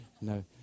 no